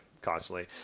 constantly